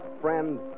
friend